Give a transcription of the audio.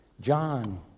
John